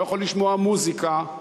לא יכול לשמוע מוזיקה,